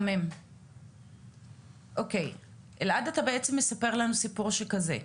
אלעד, אתה בעצם מספר לנו סיפור שכזה,